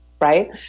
right